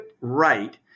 right